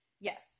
Yes